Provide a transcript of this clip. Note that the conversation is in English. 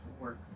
work